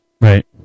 Right